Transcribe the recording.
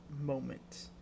moment